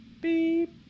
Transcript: beep